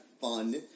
fun